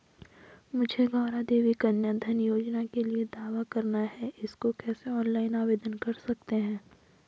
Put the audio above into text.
मुझे गौरा देवी कन्या धन योजना के लिए दावा करना है इसको कैसे ऑनलाइन आवेदन कर सकते हैं?